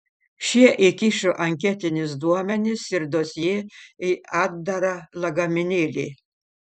šie įkišo anketinius duomenis ir dosjė į atdarą lagaminėlį